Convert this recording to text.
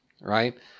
right